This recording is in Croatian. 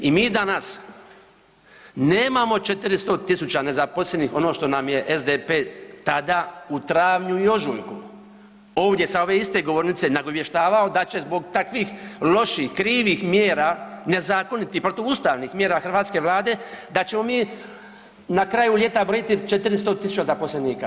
I mi danas nemamo 400 000 nezaposlenih ono što nam je SDP tada u travnju i ožujku ovdje sa ove iste govornice nagovještavao da će zbog takvih loših, krivih mjera, nezakonitih, protuustavnih mjera hrvatske vlade, da ćemo mi na kraju ljeta brojiti 400 000 zaposlenika.